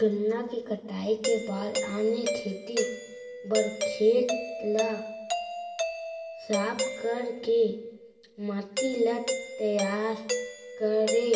गन्ना के कटाई के बाद आने खेती बर खेत ला साफ कर के माटी ला तैयार करे